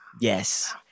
Yes